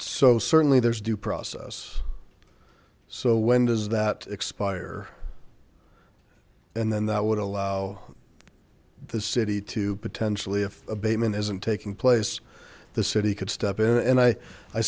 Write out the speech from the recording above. so certainly there's due process so when does that expire and then that would allow the city to potentially if abatement isn't taking place the city could step in and i i